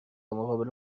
مقابل